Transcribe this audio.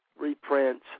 reprints